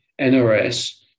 NRS